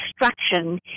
destruction